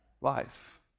life